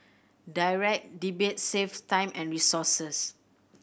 Direct Debit saves time and resources